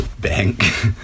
bank